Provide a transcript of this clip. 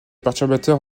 perturbateurs